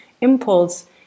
impulse